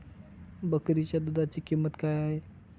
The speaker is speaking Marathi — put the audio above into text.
बकरीच्या दूधाची किंमत काय आहे?